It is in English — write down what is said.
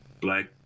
black